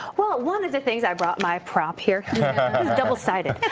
well, one of the things i brought my prop here. it's double sided.